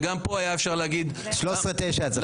לא צריך עזרה מאף אחד.